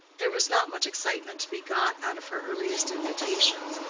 there was not much excitement to be got out of her earliest invitations,